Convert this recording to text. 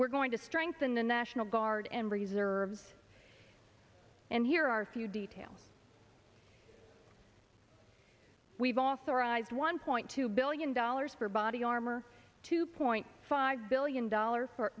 we're going to strengthen the national guard and reserves and here are a few detail we've authorized one point two billion dollars for body armor two point five billion dollar